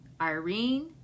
Irene